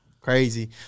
Crazy